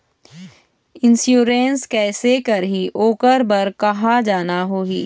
Insurance कैसे करही, ओकर बर कहा जाना होही?